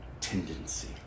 tendency